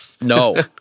No